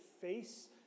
face